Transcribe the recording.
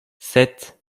sept